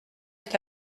est